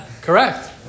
Correct